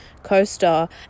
CoStar